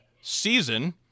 season